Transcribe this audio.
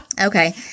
Okay